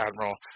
Admiral